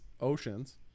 Oceans